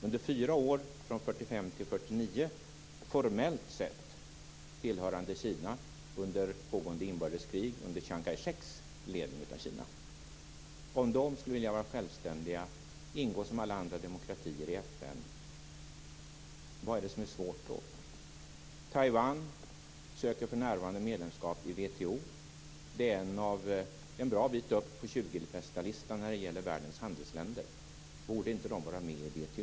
Under fyra år, från Det var under pågående inbördeskrig och under Chiang Kai-sheks ledning av Kina. Om de här människorna skulle vilja vara självständiga och ingå i FN som alla andra demokratier - vad är det då som är svårt? Taiwan söker för närvarande medlemskap i WTO. Landet är en bra bit upp på tjugo-bästa-listan över världens handelsländer. Borde det då inte vara med i WTO?